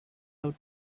out